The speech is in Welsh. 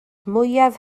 mwyaf